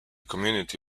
community